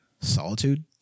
solitude